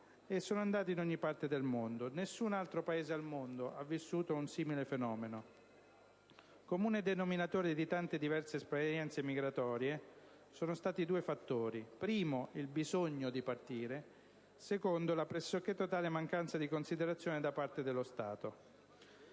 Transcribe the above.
e andando in ogni parte del mondo. Nessun altro Paese al mondo ha vissuto un simile fenomeno. Comune denominatore di tante diverse esperienze migratorie sono stati due fattori: primo, il bisogno di partire; secondo, la pressoché totale mancanza di considerazione da parte dello Stato.